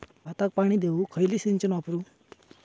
भाताक पाणी देऊक खयली सिंचन वापरू?